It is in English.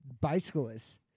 bicyclists